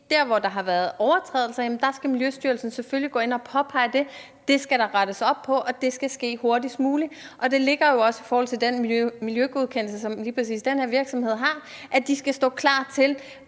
der, hvor der har været overtrædelser, skal Miljøstyrelsen selvfølgelig gå ind og påpege, at det skal der rettes op på, og at det skal ske hurtigst muligt. Det ligger jo også i den miljøgodkendelse, som lige præcis den her virksomhed har, at de i virkeligheden